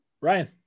Ryan